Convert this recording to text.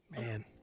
Man